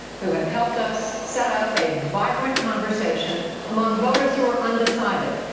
who have helped us set up a vibrant conversation among voters who are undecided.